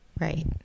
right